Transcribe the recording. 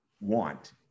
want